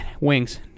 Wings